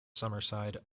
summerside